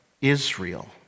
Israel